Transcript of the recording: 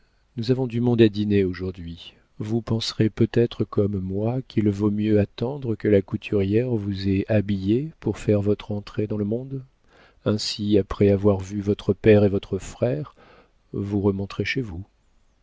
nous avons du monde à dîner aujourd'hui vous penserez peut-être comme moi qu'il vaut mieux attendre que la couturière vous ait habillée pour faire votre entrée dans le monde ainsi après avoir vu votre père et votre frère vous remonterez chez vous